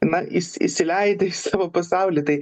na įsi įsileidę į savo pasaulį tai